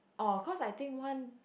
oh cause I think one